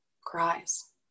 cries